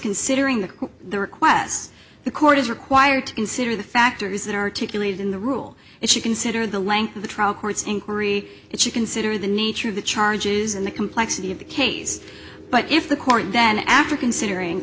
considering that the request the court is required to consider the factors that articulated in the rule if you consider the length of the trial court's inquiry if you consider the nature of the charges and the complexity of the case but if the court then after considering